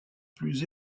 plus